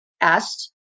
asked